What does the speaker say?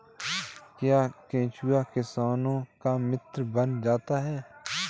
क्या केंचुआ किसानों का मित्र माना जाता है?